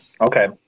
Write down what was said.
Okay